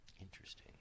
Interesting